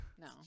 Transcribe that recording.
No